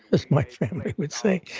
as my family would say,